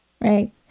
Right